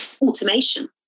automation